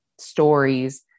stories